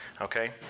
Okay